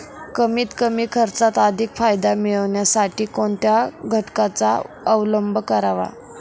कमीत कमी खर्चात अधिक फायदा मिळविण्यासाठी कोणत्या घटकांचा अवलंब करावा?